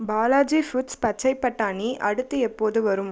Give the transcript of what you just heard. Balaji foods பச்சைப் பட்டாணி அடுத்து எப்போது வரும்